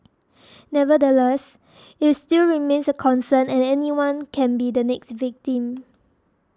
nevertheless it still remains a concern and anyone can be the next victim